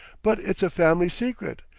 but it's a family secret!